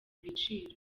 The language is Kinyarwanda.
ibiciro